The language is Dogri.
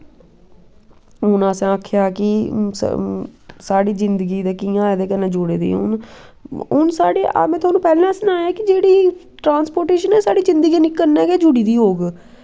हून असैं आक्खेआ कि साढ़ी जिन्दगी दे कियां एह्दे कन्नै जुड़े दे हून हून साढ़े में थोहानू पैह्लैं गै सनाया कि जेह्ड़ी ट्रांसपोर्टेशन एह् साढ़ी जिन्दगी कन्नै गै जुड़ी दी होग